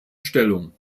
stellung